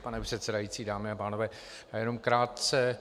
Pane předsedající, dámy a pánové, já jenom krátce.